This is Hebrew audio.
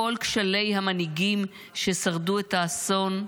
מכל כשלי המנהיגים ששרדו את האסון,